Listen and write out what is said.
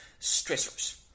stressors